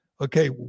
Okay